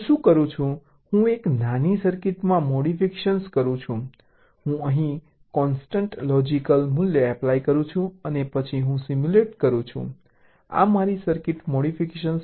હું એક નાની સર્કિટ મોડિફિકેશન કરું છું હું અહીં કોન્સટન્ટ લોજિક મૂલ્ય એપ્લાય કરું છું અને પછી હું સીમ્યુલેટ કરું છું આ મારી સર્કિટ મોડિફિકેશન છે